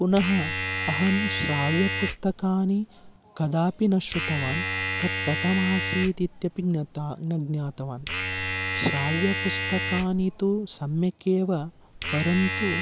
पुनः अहं श्राव्यपुस्तकानि कदापि न श्रुतवान् तत् कथमासीत् इत्यपि न तत् न ज्ञातवान् श्राव्यपुस्तकानि तु सम्यगेव परन्तु